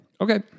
Okay